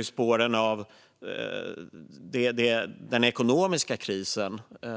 I spåren av den ekonomiska krisen ser vi givetvis